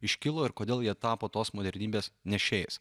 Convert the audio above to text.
iškilo ir kodėl jie tapo tos modernybės nešėjais